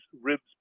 ribs